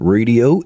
Radio